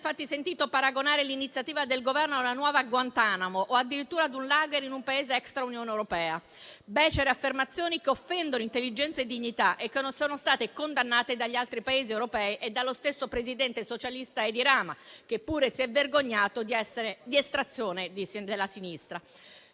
infatti sentito paragonare l'iniziativa del Governo a una nuova Guantanamo, o addirittura ad un *lager* in un Paese extra-Unione europea. Becere affermazioni che offendono intelligenza e dignità e che non sono state condannate dagli altri Paesi europei e dallo stesso presidente socialista Edi Rama, che pure si è vergognato di essere di estrazione della sinistra.